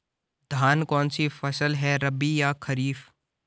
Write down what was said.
धान कौन सी फसल है रबी या खरीफ?